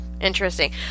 interesting